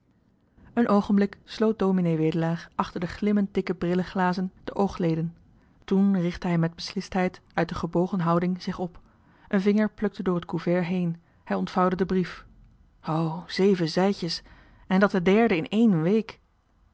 een oogenblik sloot ds wedelaar achter de glimmenddikke brilleglazen de oogleden toen richtte hij met beslistheid uit de gebogen houding zich op een vinger plukte door het couvert heen hij ontvouwde den brief zeven zijdjes en dat de derde in ééne week